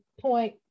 point